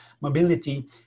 mobility